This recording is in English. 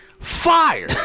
Fire